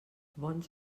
bons